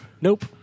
Nope